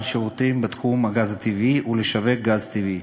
שירותים בתחום הגז הטבעי ולשווק גז טבעי.